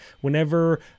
whenever